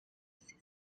system